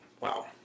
Wow